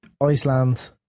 Iceland